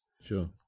Sure